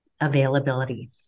availability